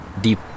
deep